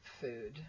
food